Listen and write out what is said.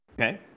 Okay